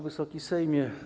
Wysoki Sejmie!